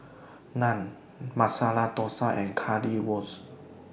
Naan Masala Dosa and Currywurst